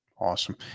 Awesome